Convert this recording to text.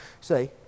See